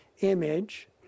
image